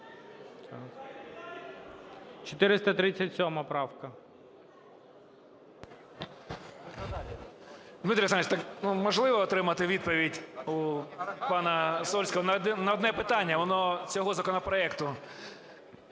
В.Ф. Дмитро Олександрович, так можливо отримати відповідь у пана Сольського на одне питання, воно цього законопроекту?